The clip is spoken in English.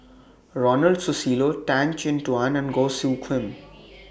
Ronald Susilo Tan Chin Tuan and Goh Soo Khim